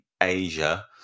asia